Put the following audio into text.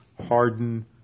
harden